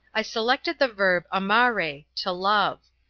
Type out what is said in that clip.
i selected the verb amare, to love.